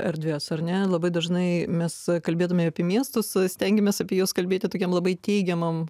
erdves ar ne labai dažnai mes kalbėdami apie miestus stengiamės apie juos kalbėti tokiam labai teigiamam